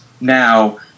now